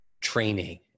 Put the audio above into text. training